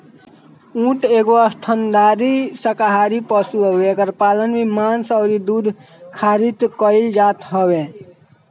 ऊँट एगो स्तनधारी शाकाहारी पशु हवे एकर पालन भी मांस अउरी दूध खारित कईल जात हवे